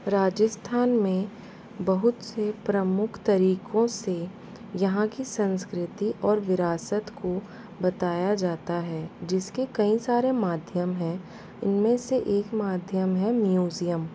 राजस्थान में बहुत से प्रमुख तरीकों से यहाँ की संस्कृति और विरासत को बताया जाता है जिसके कई सारे माध्यम हैं इनमें से एक माध्यम है म्यूज़ियम